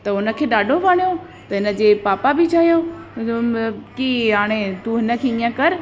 त हुन खे ॾाढो वणियो त हिन जे पापा बि चयो कि हाणे तूं हिन खे हीअं कर